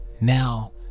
now